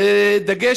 בדגש,